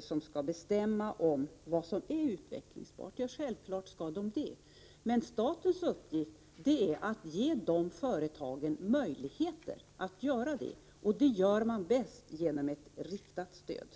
som skall bestämma vad som är utvecklingsbart. Ja, självfallet skall den det. Statens uppgift är att ge företagen möjligheter att göra det, och det sker bäst genom ett riktat stöd.